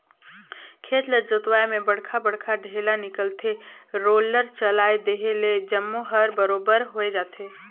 खेत ल जोतवाए में बड़खा बड़खा ढ़ेला निकलथे, रोलर चलाए देहे ले जम्मो हर बरोबर होय जाथे